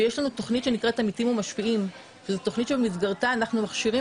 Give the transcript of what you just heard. ויש לנו תוכנית שנקראת עמיתים ומשפיעים שבמסגרתה אנחנו מכשירים